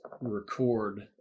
record